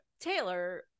Taylor